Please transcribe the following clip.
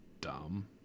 dumb